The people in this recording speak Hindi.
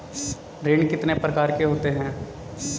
ऋण कितने प्रकार के होते हैं?